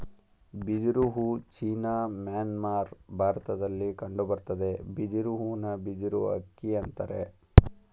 ಬಿದಿರು ಹೂ China Myanmar ಭಾರತದಲ್ಲಿ ಕಂಡುಬರ್ತದೆ ಬಿದಿರು ಹೂನ ಬಿದಿರು ಅಕ್ಕಿ ಅಂತರೆ